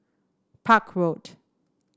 Park Road